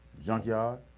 Junkyard